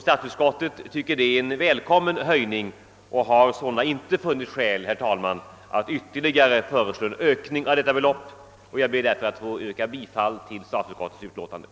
Statsutskottet tycker att detta är en välkommen höjning och har inte funnit skäl att föreslå en ytterligare ökning av anslaget. Jag ber därför, herr talman, att få yrka bifall till statsutskottets hemställan.